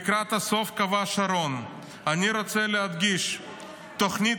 לקראת הסוף קבע שרון: "אני רוצה להדגיש כי תוכנית